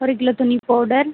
ஒரு கிலோ துணி பவுடர்